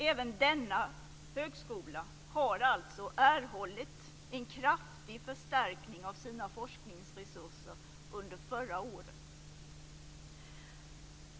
Även denna högskola har erhållit en kraftig förstärkning av sina forskningsresurser under förra året.